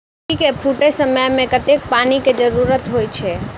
कोबी केँ फूटे समय मे कतेक पानि केँ जरूरत होइ छै?